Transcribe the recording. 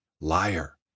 Liar